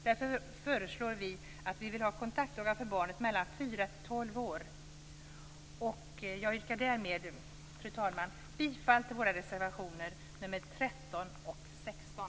Därför föreslår vi kontaktdagar för barn i åldern fyra-tolv år. Med detta yrkar jag, fru talman, bifall till våra reservationer nr 13 och 16.